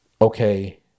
Okay